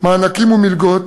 מענקים ומלגות